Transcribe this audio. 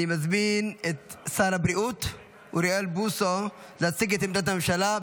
אני מזמין את שר הבריאות אוריאל בוסו להציג את עמדת הממשלה.